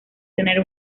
tener